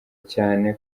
cyane